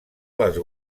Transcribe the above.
les